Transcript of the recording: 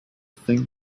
thing